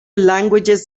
languages